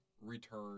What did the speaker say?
return